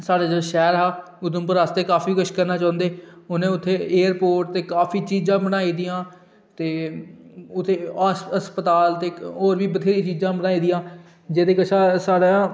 साढ़ा जो शैह्र हा उधमपुर आस्तै काफी कुछ करना चाहंदे उनें उत्थें एयरपोर्ट ते काफी चीज़ां बनाई दियां उत्थे अस्पताल ते होर बी बथ्हेरियां चीज़ां बनाई दियां जेह्की तुसें साढ़ा